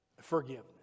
forgiveness